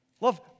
Love